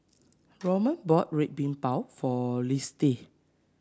Roman bought Red Bean Bao for Lisette